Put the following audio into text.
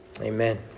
Amen